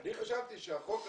אני חשבתי שהחוק הזה,